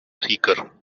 seeker